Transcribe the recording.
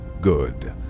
Good